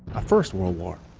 a first world war.